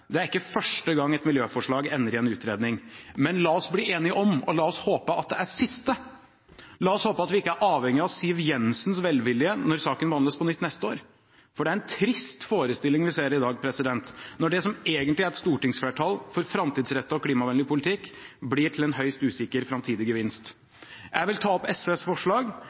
Det er ikke første gang et miljøforslag ender i en utredning. Men la oss bli enige om og la oss håpe at det er siste gang. La oss håpe at vi ikke er avhengig av Siv Jensens velvilje når saken behandles på nytt neste år. Det er en trist forestilling vi ser i dag når det som egentlig er et stortingsflertall for framtidsrettet og klimavennlig politikk, blir til en høyst usikker framtidig gevinst. Jeg vil ta opp SVs forslag.